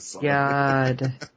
God